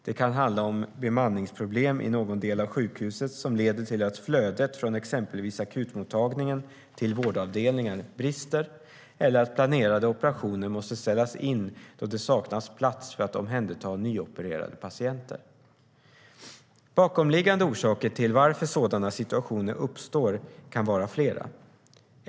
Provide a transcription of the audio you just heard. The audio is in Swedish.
Det kan handla om bemanningsproblem i någon del av sjukhuset som leder till att flödet från exempelvis akutmottagningen till vårdavdelningar brister eller om att planerade operationer måste ställas in då det saknas plats för att omhänderta nyopererade patienter. De bakomliggande orsakerna till att sådana situationer uppstår kan vara flera.